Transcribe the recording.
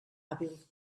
hàbil